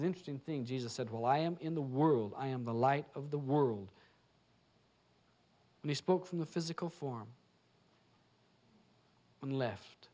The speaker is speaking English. interesting thing jesus said while i am in the world i am the light of the world and he spoke from the physical form and left